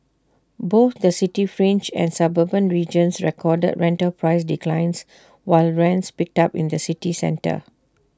both the city fringe and suburban regions recorded rental price declines while rents picked up in the city centre